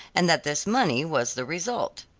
and that this money was the result.